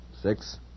Six